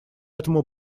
этому